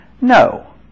No